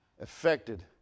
affected